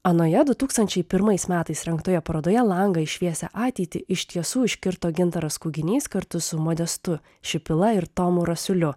anojedu tūkstančiai pirmais metais rengtoje parodoje langą į šviesią ateitį iš tiesų iškirto gintaras kuginys kartu su modestu šipila ir tomu rasiuliu